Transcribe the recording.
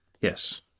Yes